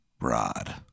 Rod